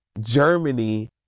Germany